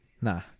Nah